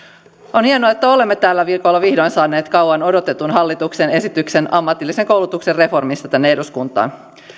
on hienoa että olemme tällä viikolla vihdoin saaneet kauan odotetun hallituksen esityksen ammatillisen koulutuksen reformista tänne eduskuntaan